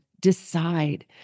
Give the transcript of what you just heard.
decide